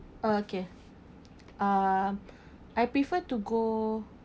okay uh I prefer to go